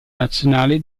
nazionale